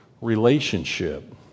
relationship